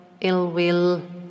ill-will